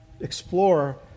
explore